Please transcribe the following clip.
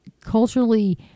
culturally